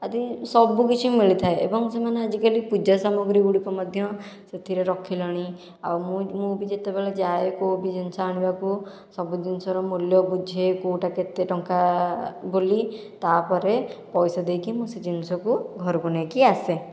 ଆଦି ସବୁକିଛି ମିଳିଥାଏ ଏବଂ ସେମାନେ ଆଜିକାଲି ପୂଜା ସାମଗ୍ରୀ ଗୁଡ଼ିକ ମଧ୍ୟ ସେଥିରେ ରଖିଲେଣି ଆଉ ମୁଁ ମୁଁ ବି ଯେତେବେଳେ ଯାଏ କେଉଁ ବି ଜିନଷ ଆଣିବାକୁ ସବୁ ଜିନିଷର ମୂଲ୍ୟ ବୁଝେ କେଉଁଟା କେତେ ଟଙ୍କା ବୋଲି ତା'ପରେ ପଇସା ଦେଇକି ମୁଁ ସେ ଜିନିଷକୁ ଘରକୁ ନେଇକି ଆସେ